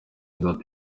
that